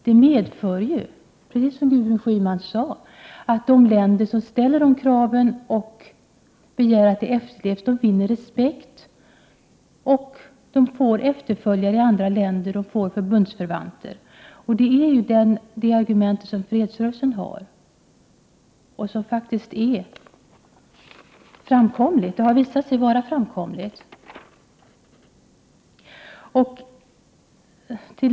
De länder som ställer dessa krav och begär att de efterlevs finner, som Gudrun Schyman sade, respekt och de får efterföljare i andra länder och bundsförvanter. Det är detta argument som fredsrörelsen använder. Det har visat sig vara framkomligt.